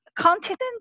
continent